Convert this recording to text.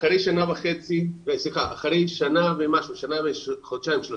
אחרי שנה ומשהו, שנה וחודשיים או שלושה,